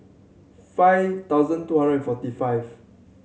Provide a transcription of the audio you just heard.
five thousand two hundred forty five